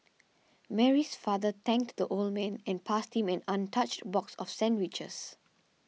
Mary's father thanked the old man and passed him an untouched box of sandwiches